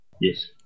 Yes